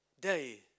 day